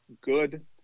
good